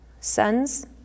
sons